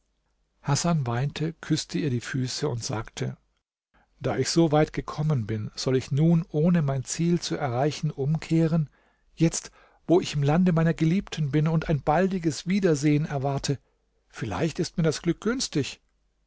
hasan weinte küßte ihr die füße und sagte da ich so weit gekommen bin soll ich nun ohne mein ziel zu erreichen umkehren jetzt wo ich im lande meiner geliebten bin und ein baldiges wiedersehen erwarte vielleicht ist mir das glück günstig